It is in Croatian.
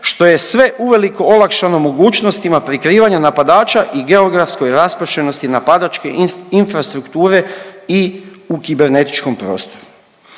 što je sve uveliko olakšano mogućnostima prikrivanja napadača i geografskoj raspršenosti napadačke infrastrukture i u kibernetičkom prostoru.